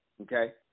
Okay